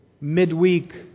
midweek